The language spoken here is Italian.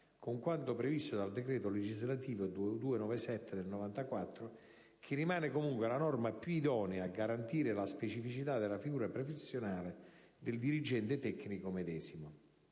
con quanto previsto dal decreto legislativo n. 297 del 1994 che rimane, comunque, la norma più idonea a garantire la specificità della figura professionale del dirigente tecnico medesimo.